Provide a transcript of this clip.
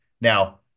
Now